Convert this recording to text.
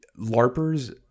LARPers